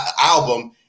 album